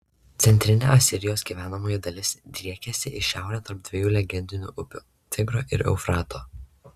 centrinė asirijos gyvenamoji dalis driekėsi į šiaurę tarp dviejų legendinių upių tigro ir eufrato